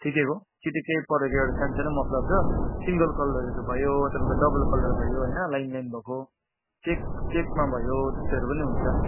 ठिकैको चिटिक्कै परेको एउटा सानसानो मफलर छ सिङ्गल कलरहरू भयो तपाईँको डबल कलर भयो होइन लाइन लाइन भएको चेक चेकमा भयो त्यस्तोहरू पनि हुन्छ